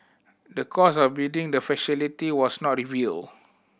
the cost of building the facility was not revealed